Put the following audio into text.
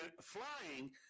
flying